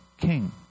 king